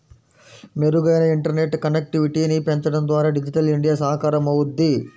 మెరుగైన ఇంటర్నెట్ కనెక్టివిటీని పెంచడం ద్వారా డిజిటల్ ఇండియా సాకారమవుద్ది